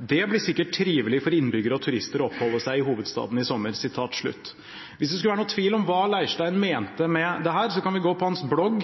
Det blir sikkert trivelig for innbyggere og turister å oppholde seg i hovedstaden i sommer.» Hvis det skulle være noen tvil om hva Leirstein mente med dette, kan vi gå på hans blogg